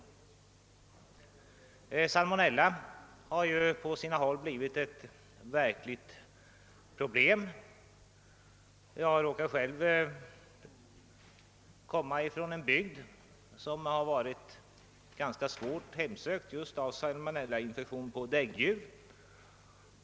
Salmonellainfektionerna har ju på sina håll blivit ett verkligt problem. Jag råkar själv komma ifrån en bygd som har varit ganska svårt hemsökt av salmonellainfektion hos däggdjur.